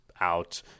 out